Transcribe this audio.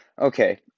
Okay